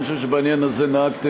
אני חושב שבעניין הזה נהגתם,